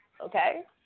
okay